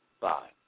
Bye